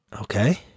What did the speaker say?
Okay